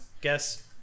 guess